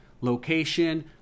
location